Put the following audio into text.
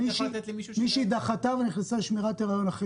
מישהי דחתה ונכנסה לשמירת הריון אחרי